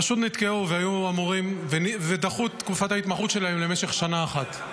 הם פשוט נתקעו ודחו את תקופת ההתמחות שלהם למשך שנה אחת,